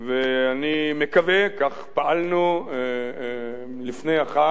ואני מקווה, כך פעלנו לפני החג,